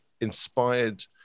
inspired